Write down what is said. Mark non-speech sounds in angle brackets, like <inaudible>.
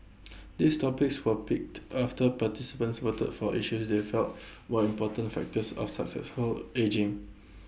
<noise> these topics were picked after participants voted for issues they felt <noise> were important factors of successful ageing